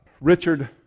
Richard